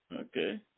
Okay